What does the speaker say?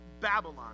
Babylon